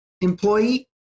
employee